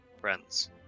friends